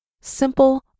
simple